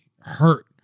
hurt